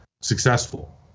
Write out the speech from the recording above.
successful